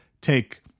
take